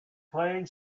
playing